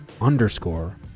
underscore